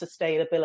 sustainability